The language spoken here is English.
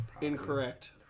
Incorrect